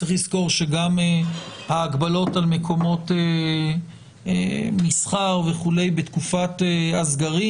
צריך לזכור שגם ההגבלות על מקומות מסחר וכולי בתקופת הסגרים,